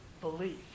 belief